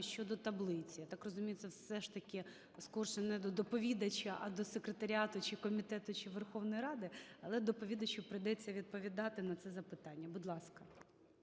щодо таблиці. Я так розумію, це все ж таки скоріше не до доповідача, а до секретаріату чи комітету, чи Верховної Ради. Але доповідачу прийдеться відповідати на це запитання. Будь ласка.